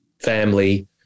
family